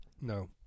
No